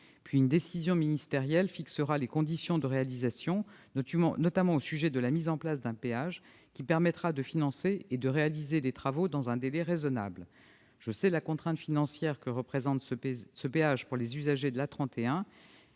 puis une décision ministérielle fixera les conditions de réalisation, notamment au sujet de la mise en place d'un péage qui permettra de financer et de réaliser les travaux dans un délai raisonnable. Je sais la contrainte financière que représente ce péage pour les usagers de l'A31,